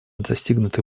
достигнутый